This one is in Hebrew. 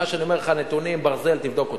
מה שאני אומר לך, נתונים, ברזל, תבדוק אותי.